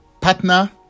partner